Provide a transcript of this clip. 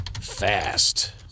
fast